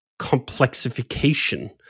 complexification